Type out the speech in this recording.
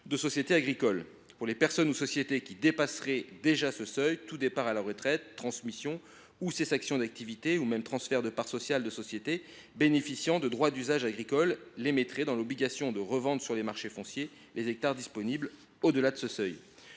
de société agricole. S’agissant des personnes ou sociétés qui dépasseraient déjà ce seuil, tout départ à la retraite, toute transmission, toute cessation d’activité ou tout transfert de parts sociales de société bénéficiant de droits d’usage agricole les mettrait dans l’obligation de revendre sur les marchés fonciers les hectares disponibles au delà du plafond.